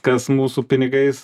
kas mūsų pinigais